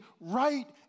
right